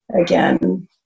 again